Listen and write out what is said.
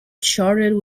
charted